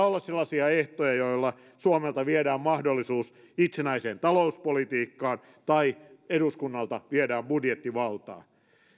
olla sellaisia ehtoja joilla suomelta viedään mahdollisuus itsenäiseen talouspolitiikkaan tai eduskunnalta viedään budjettivaltaa